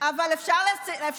קודם כול תסבירי.